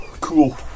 Cool